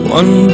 one